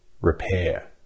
repair